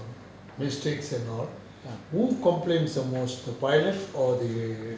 mistakes and all who complains the most the pilot or the